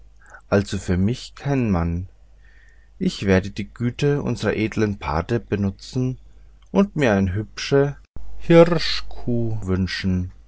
also für mich keinen mann ich werde die güte unsrer edlen pate benutzen und mir eine hübsche hirschkuh wünschen